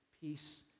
peace